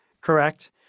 correct